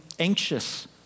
Anxious